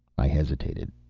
i hesitated.